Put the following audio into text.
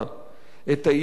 את האיומים,